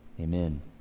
Amen